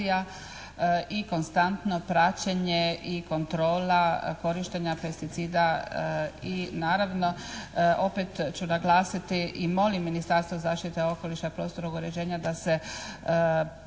i konstantno praćenje i kontrola korištenja pesticida i naravno opet ću naglasiti i molim Ministarstvo zaštite okoliša i prostornog uređenja da se